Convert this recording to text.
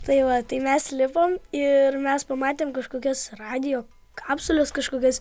tai va tai mes lipom ir mes pamatėm kažkokias radijo kapsules kažkokias